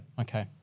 okay